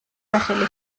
სახელი